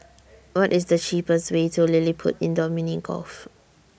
What IS The cheapest Way to LilliPutt Indoor Mini Golf